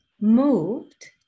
moved